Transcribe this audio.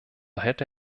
hätte